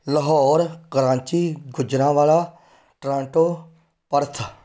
Lahore Karachi Gujranwala Toronto Perth